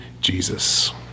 Jesus